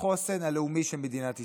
בחוסן הלאומי של מדינת ישראל.